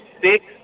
six